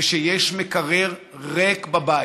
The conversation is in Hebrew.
ושיש מקרר ריק בבית,